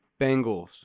Bengals